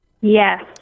Yes